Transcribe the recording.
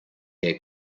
gay